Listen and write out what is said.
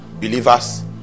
believers